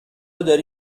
داری